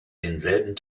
denselben